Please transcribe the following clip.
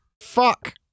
Fuck